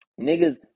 Niggas